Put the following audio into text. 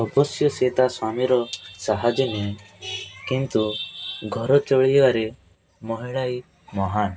ଅବଶ୍ୟ ସେ ତା ସ୍ବାମୀ ର ସାହାଯ୍ୟ ନିଏ କିନ୍ତୁ ଘର ଚଳେଇବାରେ ମହିଳା ହିଁ ମହାନ୍